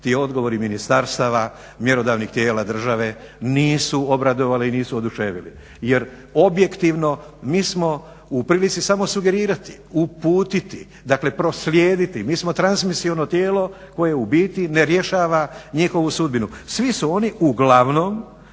ti odgovori ministarstava, mjerodavnih tijela države nisu obradovali i nisu oduševili. Jer objektivno mi smo u prilici samo sugerirati, uputiti, dakle proslijediti. Mi smo transmisiono tijelo koje u biti ne rješava njihovu sudbinu. Svi su oni, uglavnom,